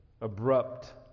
abrupt